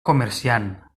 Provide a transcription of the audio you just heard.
comerciant